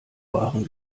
waren